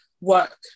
work